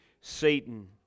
Satan